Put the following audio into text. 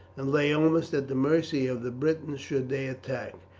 and lay almost at the mercy of the britons should they attack.